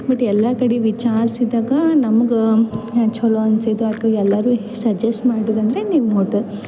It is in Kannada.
ಬಟ್ ಎಲ್ಲ ಕಡೆ ವಿಚಾರಿಸಿದಾಗ ನಮ್ಗೆ ಛಲೋ ಅನಿಸಿದ್ದು ಅಥ್ವ ಎಲ್ಲರು ಸಜ್ಜೆಸ್ಟ್ ಮಾಡಿದ್ದಂದರೆ ನಿಮ್ಮ ಹೋಟೆಲ್